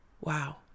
Wow